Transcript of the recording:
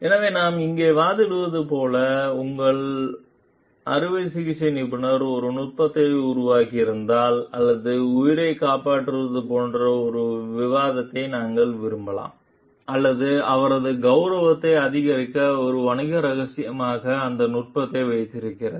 எனவே நாம் இங்கு வாதிடுவது போல் உங்கள் அறுவை சிகிச்சை நிபுணர் ஒரு நுட்பத்தை உருவாக்கியிருந்தால் அல்லது உயிரைக் காப்பாற்றுவது போன்ற ஒரு விவாதத்தை நாங்கள் விரும்பலாம் அல்லது அவரது கௌரவத்தை அதிகரிக்க ஒரு வணிக ரகசியமாக அந்த நுட்பத்தை வைத்திருக்கிறது